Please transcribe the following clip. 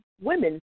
women